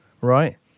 Right